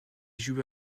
jouit